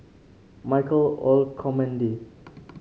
Michael Olcomendy